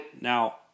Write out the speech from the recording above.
Now